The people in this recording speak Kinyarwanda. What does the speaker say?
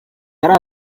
hari